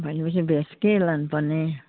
भनेपछि भेज के लानुपर्ने